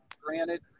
granted